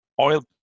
oil